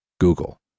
Google